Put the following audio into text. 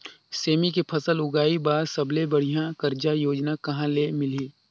सेमी के फसल उगाई बार सबले बढ़िया कर्जा योजना कहा ले मिलही?